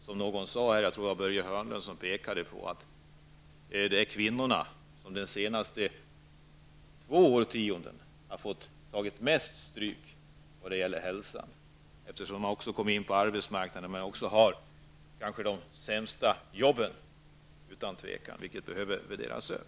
Som Börje Hörnlund påpekade är det framför allt kvinnorna som under de senaste två årtiondena har fått ta mest stryk vad gäller hälsan. De har i och för sig kommit in på arbetsmarknaden, men de har de utan tvivel sämsta jobben. Dessa bör värderas upp.